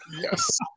Yes